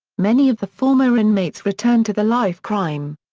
many of the former inmates return to the life crime.